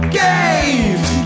games